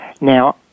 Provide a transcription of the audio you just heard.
Now